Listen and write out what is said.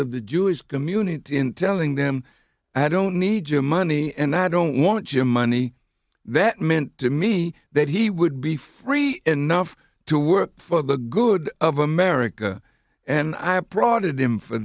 of the jewish community and telling them i don't need your money and i don't want your money that meant to me that he would be free enough to work for the good of america and i prodded him for